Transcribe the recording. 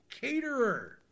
caterer